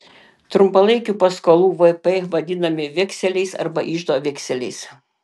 trumpalaikių paskolų vp vadinami vekseliais arba iždo vekseliais